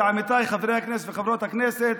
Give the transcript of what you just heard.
ולעמיתיי חברי הכנסת וחברות הכנסת,